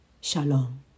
Shalom